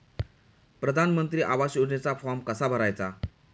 प्रधानमंत्री आवास योजनेचा फॉर्म कसा भरायचा?